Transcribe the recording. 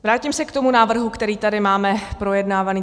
Vrátím se k návrhu, který tady máme projednávaný.